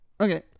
Okay